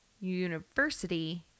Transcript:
University